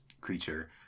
creature